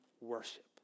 worship